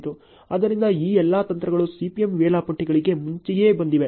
ಆದ್ದರಿಂದ ಈ ಎಲ್ಲಾ ತಂತ್ರಗಳು CPM ವೇಳಾಪಟ್ಟಿಗಳಿಗೆ ಮುಂಚೆಯೇ ಬಂದಿವೆ